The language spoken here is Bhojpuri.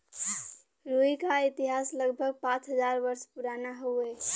रुई क इतिहास लगभग पाँच हज़ार वर्ष पुराना हउवे